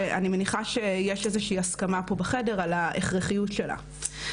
ואני מניחה שיש איזו שהיא הסכמה פה בחדר על ההכרחיות שלה.